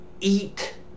eat